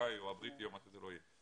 האמריקאי או הבריטי או מה שזה לא יהיה.